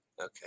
Okay